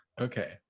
Okay